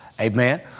Amen